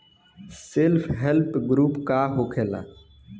Self help group का होखेला?